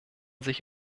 sich